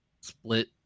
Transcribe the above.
split